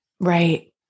Right